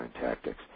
tactics